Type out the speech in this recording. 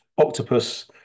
octopus